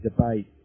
debate